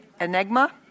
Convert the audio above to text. Enigma